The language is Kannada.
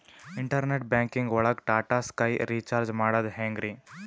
ಇಂಟರ್ನೆಟ್ ಬ್ಯಾಂಕಿಂಗ್ ಒಳಗ್ ಟಾಟಾ ಸ್ಕೈ ರೀಚಾರ್ಜ್ ಮಾಡದ್ ಹೆಂಗ್ರೀ?